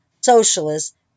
socialist